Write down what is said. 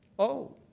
oh.